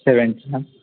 సెవెంటీనా